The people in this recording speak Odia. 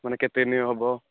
ମାନେ କେତେ ଦିନ ହେବ